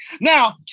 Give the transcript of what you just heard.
Now